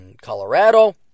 Colorado